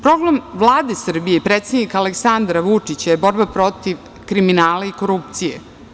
Problem Vlade Srbije i predsednika Aleksandra Vučića je borba protiv kriminala i korupcije.